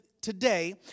today